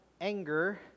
anger